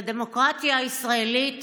לדמוקרטיה הישראלית